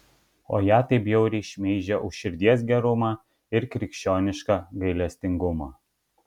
o ją taip bjauriai šmeižia už širdies gerumą ir krikščionišką gailestingumą